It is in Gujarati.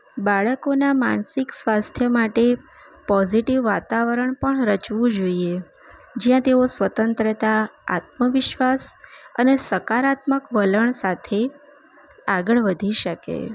બાળકોના માનસિક સ્વાસ્થ્ય માટે પોઝિટિવ વાતાવરણ પણ રચવું જોઈએ જ્યાં તેઓ સ્વતંત્રતા આત્મવિશ્વાસ અને સકારાત્મક વલણ સાથે આગળ વધી શકે